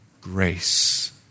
grace